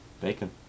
Bacon